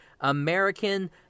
American